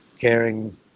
Caring